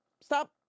stop